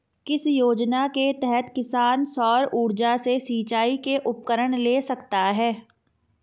किस योजना के तहत किसान सौर ऊर्जा से सिंचाई के उपकरण ले सकता है?